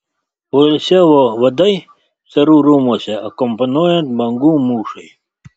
poilsiavo vadai carų rūmuose akompanuojant bangų mūšai